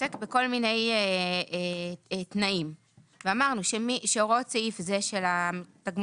עוסק בכל מיני תנאים ואמרנו שהוראות סעיף זה של תגמול